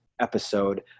episode